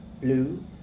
blue